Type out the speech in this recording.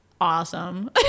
awesome